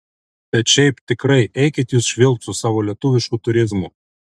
bet šiaip tikrai eikit jūs švilpt su savo lietuvišku turizmu